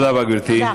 תודה.